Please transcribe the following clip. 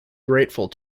grateful